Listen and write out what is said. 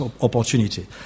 opportunity